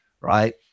right